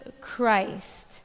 Christ